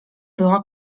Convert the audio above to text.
była